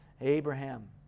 Abraham